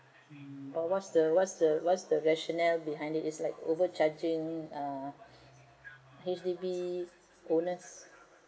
um what's the what's the what's the rationale behind it it's like over charging err H_D_B owners